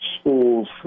schools